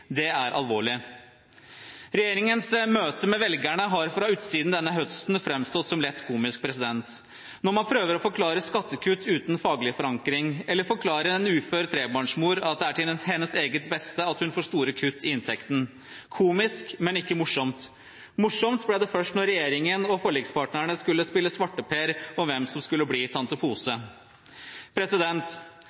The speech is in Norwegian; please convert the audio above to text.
Det er alvorlig. Regjeringens møte med velgerne har fra utsiden denne høsten framstått som lett komisk når man prøver å forklare skattekutt uten faglig forankring eller forklarer en ufør trebarnsmor at det er til hennes eget beste at hun får store kutt i inntekten. Komisk, men ikke morsomt. Morsomt ble det først da regjeringen og forlikspartnerne skulle spille svarteper om hvem som skulle bli tante Pose. Holdning over underholdning er navnet på debutplaten til